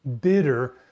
bitter